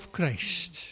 Christ